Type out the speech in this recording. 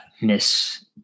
Miss